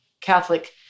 Catholic